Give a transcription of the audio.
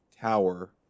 tower